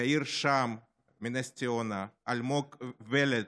יאיר שהם מנס ציונה, אלמוג ולד